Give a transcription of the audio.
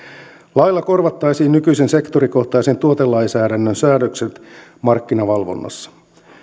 lailla korvattaisiin nykyisen sektorikohtaisen tuotelainsäädännön säädökset markkinavalvonnassa